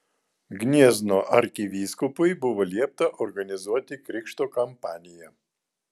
gniezno arkivyskupui buvo liepta organizuoti krikšto kampaniją